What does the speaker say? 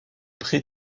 prés